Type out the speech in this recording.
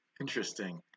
Interesting